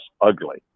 ugly